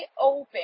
open